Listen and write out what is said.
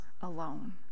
alone